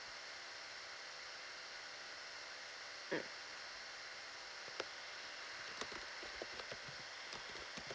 mm